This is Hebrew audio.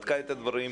בדקה את הדברים.